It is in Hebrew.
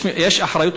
יש אחריות?